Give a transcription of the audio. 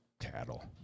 cattle